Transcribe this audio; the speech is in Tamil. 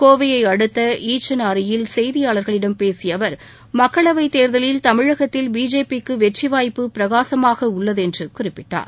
கோவையை அடுத்த ஈச்சனாரியில் செய்தியாளர்களிடம் பேசிய அவர் மக்களவைத் தேர்தலில் தமிழகத்தில் பிஜேபிக்கு வெற்றி வாய்ப்பு பிரகாசமாக உள்ளது என்று குறிப்பிட்டார்